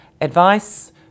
advice